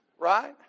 right